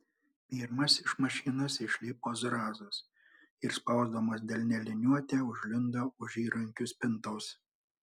pirmas iš mašinos išlipo zrazas ir spausdamas delne liniuotę užlindo už įrankių spintos